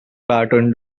pattern